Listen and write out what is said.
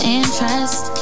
interest